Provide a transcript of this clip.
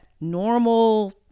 normal